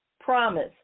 promise